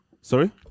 sorry